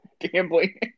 gambling